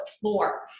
floor